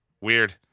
Weird